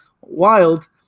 wild